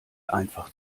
einfach